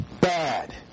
bad